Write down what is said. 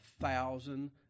thousand